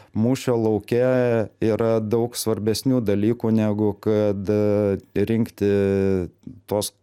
mūšio lauke yra daug svarbesnių dalykų negu kad rinkti tuos